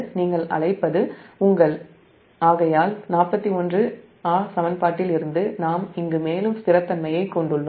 நீங்கள் அழைப்பது 41 சமன்பாட்டிலிருந்து நாம் இங்கு மேலும் நிலைத்தன்மையைக் கொண்டுள்ளோம்